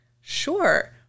Sure